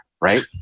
right